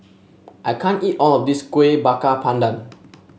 I can't eat all of this Kueh Bakar Pandan